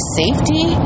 safety